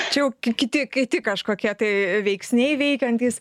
čia jau kiti kiti kažkokie tai veiksniai veikiantys